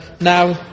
now